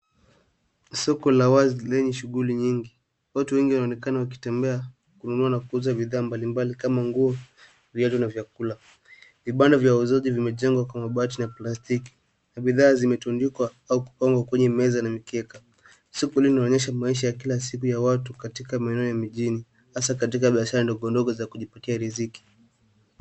Soko la wazi lenye shughuli nyingi watu wengi wanaonekana wakitembea unaona kuuza bidhaa mbalimbali kama nguo, viatu na vyakula ,vibanda vya wauzaji vimejengwa kwa mabati na plastiki na bidhaa zimetundikwa au kupangwa kwenye meza na mikeka , soko linaonyesha maisha ya kila siku ya watu katika maeneo ya mijini hasa katika biashara ndogo ndogo za kujipatia riziki.